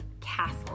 castle